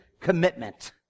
commitment